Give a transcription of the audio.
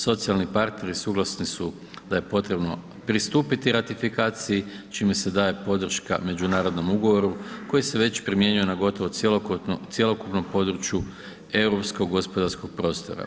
Socijalni partneri suglasni su da je potrebno pristupiti ratifikaciji čime se daje podrška međunarodnom ugovoru koji se već primjenjuje na gotovo cjelokupnom području europskog gospodarskog prostora.